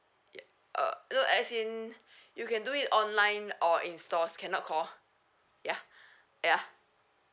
yup err err as in you can do it online or in stores cannot call ya ya